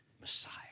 Messiah